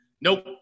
nope